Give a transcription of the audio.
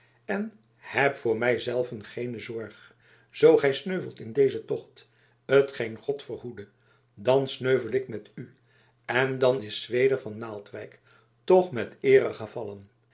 en heb voor mij zelven geene zorg zoo gij sneuvelt in dezen tocht t geen god verhoede dan sneuvel ik met u en dan is zweder van naaldwijk toch met eere gevallen